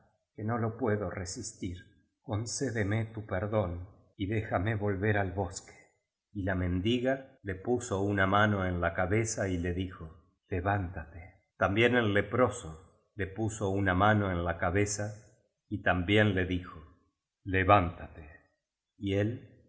que no lo puedo resistir concédeme tu perdón y déjame volver ai bosque biblioteca nacional de españa kl níft estrella y la mendiga le puso una mano en la cabeza y le dijo levántate también el leproso le puso una mano en la cabeza y tam bién le dijo levántate y él